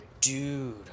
Dude